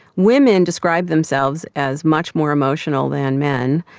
women describe themselves as much more emotional than men,